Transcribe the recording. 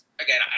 again